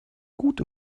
gut